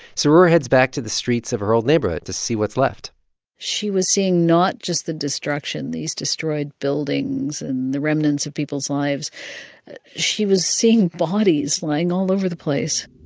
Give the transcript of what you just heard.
sroor heads back to the streets of her old neighborhood to see what's left she was seeing not just the destruction these destroyed buildings and the remnants of people's lives she was seeing bodies lying all over the place.